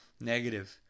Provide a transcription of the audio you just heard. negative